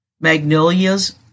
Magnolias